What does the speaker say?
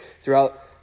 throughout